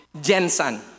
Jensen